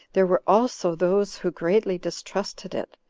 there were also those who greatly distrusted it,